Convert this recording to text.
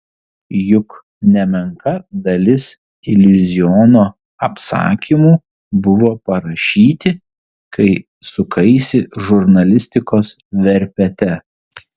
juk nemenka dalis iliuziono apsakymų buvo parašyti kai sukaisi žurnalistikos verpete